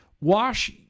Wash